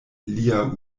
lia